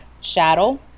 shadow